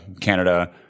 Canada